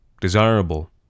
desirable